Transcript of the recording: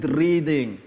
reading